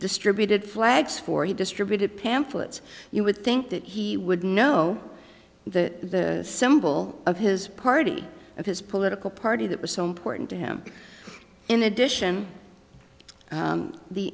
distributed flags for he distributed pamphlets you would think that he would know the symbol of his party of his political party that was so important to him in addition